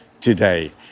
today